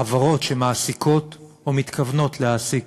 חברות שמעסיקות או מתכוונות להעסיק